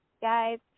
guys